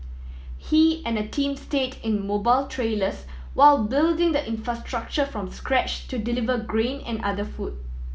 he and a team stayed in mobile trailers while building the infrastructure from scratch to deliver grain and other food